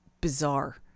bizarre